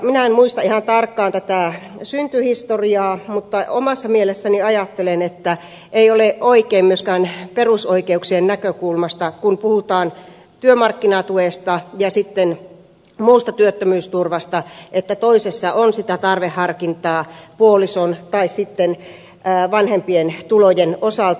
minä en muista ihan tarkkaan tätä syntyhistoriaa mutta omassa mielessäni ajattelen että ei ole oikein myöskään perusoikeuksien näkökulmasta kun puhutaan työmarkkinatuesta ja sitten muusta työttömyysturvasta että toisessa on sitä tarveharkintaa puolison tai sitten vanhempien tulojen osalta